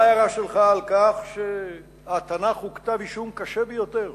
להערה שלך על כך שהתנ"ך הוא כתב-אישום קשה ביותר